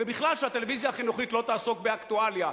ובכלל שהטלוויזיה החינוכית לא תעסוק באקטואליה,